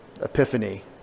epiphany